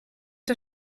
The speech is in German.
der